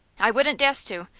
i wouldn't dast to.